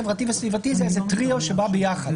חברתי וסביבתי זה טריו שבא יחד.